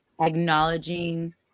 acknowledging